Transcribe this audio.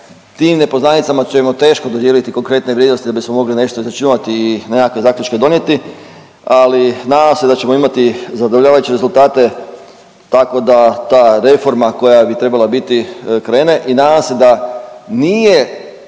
tim nepoznanicama ćemo teško dodijeliti konkretne vrijednosti da bismo mogli nešto izračunati i nekakve zaključke donijeti, ali nadam se da ćemo imati zadovoljavajuće rezultate tako da ta reforma koja bi trebala biti krene i nadam se da nije